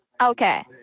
Okay